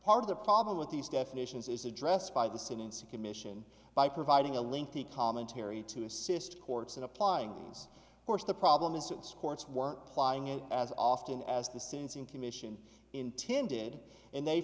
part of the problem with these definitions is addressed by the students a commission by providing a link to a commentary to assist courts in applying these course the problem is that sports weren't plying it as often as the sentencing commission intended and they've